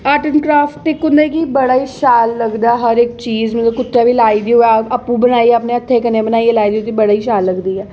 art and craft इक हुंदा है कि बड़ा गै शैल लगदा हर इक चीज़ कुतै बी लाई दी होऐ आपूं बनाई अपने हत्थें कन्नै बनाई बड़ी गै शैल लगदी ऐ